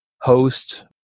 host